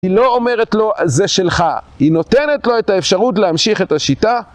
היא לא אומרת לו זה שלך, היא נותנת לו את האפשרות להמשיך את השיטה